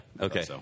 Okay